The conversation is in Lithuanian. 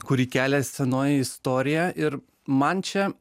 kurį kelia senoji istorija ir man čia